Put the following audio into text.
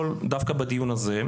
כללי.